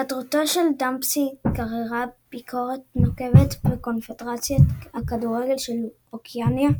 היעדרותו של דאמפסי גררה ביקורת נוקבת בקונפדרציית הכדורגל של אוקיאניה,